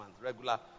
regular